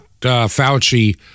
Fauci